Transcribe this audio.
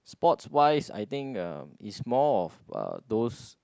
sports wise I think uh it's more of uh those